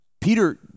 Peter